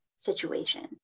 Situation